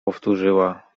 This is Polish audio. powtórzyła